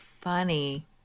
funny